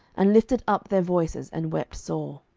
and lifted up their voices, and wept sore